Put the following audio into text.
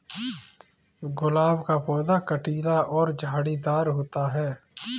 गुलाब का पौधा कटीला और झाड़ीदार होता है